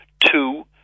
Two